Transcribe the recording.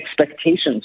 expectations